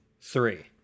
three